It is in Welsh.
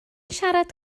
siarad